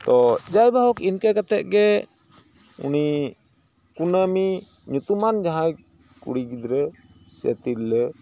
ᱛᱚ ᱡᱟᱭᱵᱟ ᱦᱳᱠ ᱤᱱᱠᱟᱹ ᱠᱟᱛᱮᱫ ᱜᱮ ᱩᱱᱤ ᱠᱩᱱᱟᱹᱢᱤ ᱧᱩᱛᱩᱢᱟᱱ ᱡᱟᱦᱟᱸᱭ ᱠᱩᱲᱤ ᱜᱤᱫᱽᱨᱟᱹ ᱥᱮ ᱛᱤᱨᱞᱟᱹ